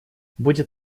будет